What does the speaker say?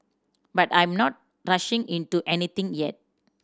but I'm not rushing into anything yet